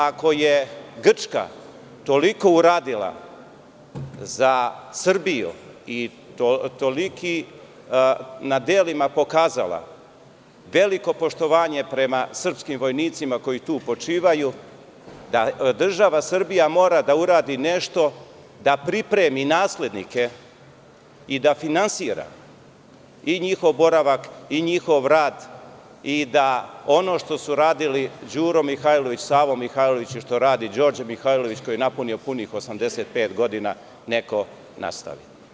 Ako je Grčka toliko uradila za Srbiju i na delima pokazala veliko poštovanje prema srpskim vojnicima koji tu počivaju, mislimo da država Srbija mora da uradi nešto da pripremi naslednike i da finansira njihov boravak i njihov rad, da ono što su radili Đuro Mihajlović, Savo Mihajlović i što radi Đorđe Mihajlović, koji je napunio punih 85 godina, neko nastavi.